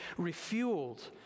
refueled